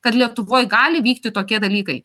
kad lietuvoj gali vykti tokie dalykai